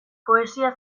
poesia